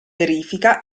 verifica